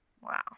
Wow